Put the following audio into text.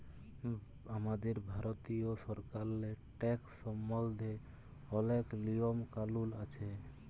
আমাদের ভারতীয় সরকারেল্লে ট্যাকস সম্বল্ধে অলেক লিয়ম কালুল আছে